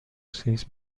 seis